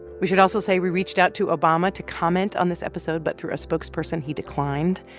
we should also say we reached out to obama to comment on this episode. but through a spokesperson, he declined.